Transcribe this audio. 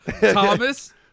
Thomas